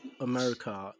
America